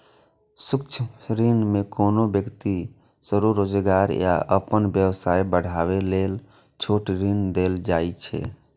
सूक्ष्म ऋण मे कोनो व्यक्ति कें स्वरोजगार या अपन व्यवसाय बढ़ाबै लेल छोट ऋण देल जाइ छै